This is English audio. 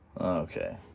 Okay